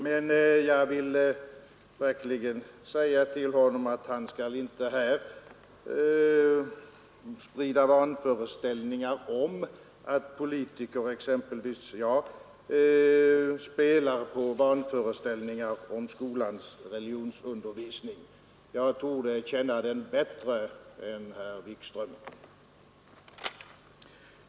Men jag vill verkligen säga till honom att han inte här skall sprida vanföreställningar om att politiker — exempelvis jag — spelar på fördomar om skolans religionsundervisning. Jag torde känna den bättre än herr Wikström gör.